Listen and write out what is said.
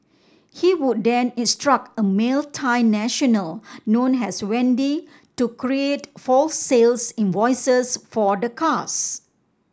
he would then instruct a male Thai national known as Wendy to create false sales invoices for the cars